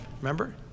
remember